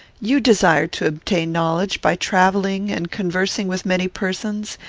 you desire to obtain knowledge, by travelling and conversing with many persons,